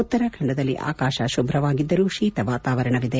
ಉತ್ತರಾಖಂಡದಲ್ಲಿ ಆಕಾಶ ಶುಭ್ರವಾಗಿದ್ದರೂ ಶೀತ ವಾತಾವರಣವಿದೆ